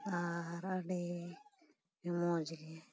ᱟᱨ ᱟᱹᱰᱤ ᱢᱚᱡᱽᱜᱮ